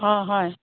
অ' হয়